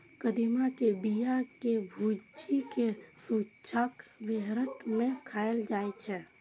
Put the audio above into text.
कदीमा के बिया कें भूजि कें संझुका बेरहट मे खाएल जाइ छै